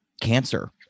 cancer